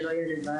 שלא יהיה לבד.